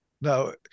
now